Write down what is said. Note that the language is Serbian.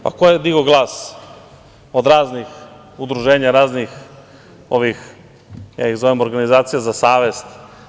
Pa ko je digao glas od raznih udruženja, raznih ovih, ja ih zovem organizacija za savest?